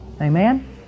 Amen